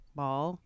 ball